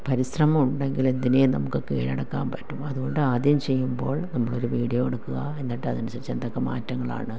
പരിശ്രമം ഉണ്ടെങ്കിൽ എന്തിനെയും നമുക്ക് കീഴടക്കാൻ പറ്റും അതുകൊണ്ട് ആദ്യം ചെയ്യുമ്പോൾ നമ്മളൊരു വീഡിയോ എടുക്കുക എന്നിട്ടതനുസരിച്ച് എന്തൊക്കെ മാറ്റങ്ങളാണ്